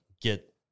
get